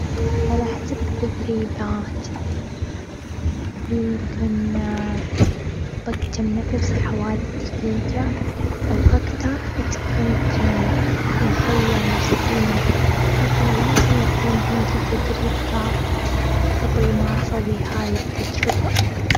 على حسب التدريبات. يمكن بكتم نفسي حوالي دقيقة أو أكثر، إذا تكون مهيأ نفسياً. لكن لازم يكون عندي تدريب كافي قبل ما أسوي هاي التجربة.